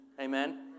Amen